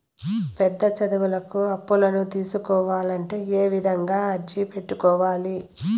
పెద్ద చదువులకు అప్పులను తీసుకోవాలంటే ఏ విధంగా అర్జీ పెట్టుకోవాలి?